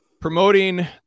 promoting